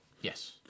Yes